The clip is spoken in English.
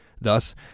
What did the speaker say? Thus